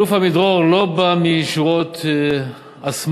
האלוף עמידרור לא בא משורות השמאל,